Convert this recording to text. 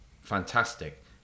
fantastic